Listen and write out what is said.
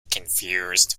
confused